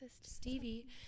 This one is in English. Stevie